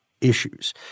issues